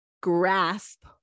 grasp